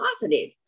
positive